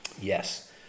yes